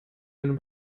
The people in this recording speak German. den